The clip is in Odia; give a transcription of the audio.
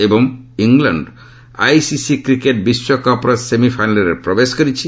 ଏବଂ ଇଂଲଣ୍ଡ ଆଇସିସି କ୍ରିକେଟ୍ ବିଶ୍ୱକପ୍ର ସେମିଫାଇନାଲ୍ରେ ପ୍ରବେଶ କରିଛି